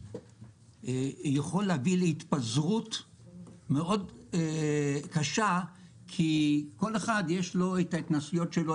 יכול להביא להתפזרות מאוד קשה כי לכל אחד יש את ההתנסויות שלו,